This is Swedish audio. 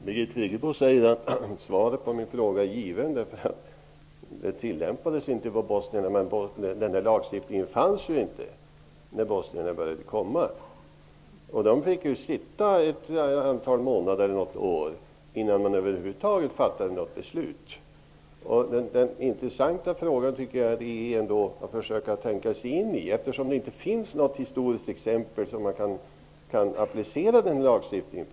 Herr talman! Birgit Friggebo sade att svaret på min fråga är givet därför att lagstiftningen inte tillämpades på bosnierna. Men lagstiftningen fanns ju inte när bosnierna började komma! De fick sitta och vänta i månader eller i något år innan det över huvud taget fattades något beslut. Det intressanta är att försöka tänka sig in i den situationen eftersom det inte finns något historiskt exempel där man kan applicera den lagstiftningen.